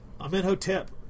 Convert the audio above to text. Amenhotep